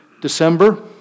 December